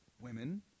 women